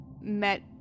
met